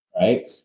right